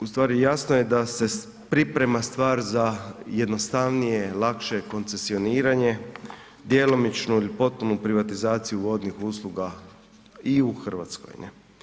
Ustvari jasno je da se priprema stvar za jednostavnije, lakše koncesioniranje, djelomičnu ili potpunu privatizaciju vodnih usluga i u Hrvatskoj.